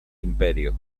imperio